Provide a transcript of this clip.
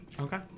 Okay